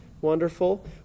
Wonderful